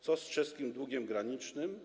Co z czeskim długiem granicznym?